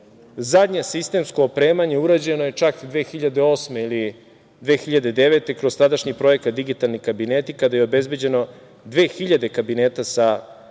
Zadnje sistemsko opremanje urađeno je čak 2008. ili 2009. godine kroz tadašnji Projekat "Digitalni kabineti", kada je obezbeđeno 2000 kabineta sa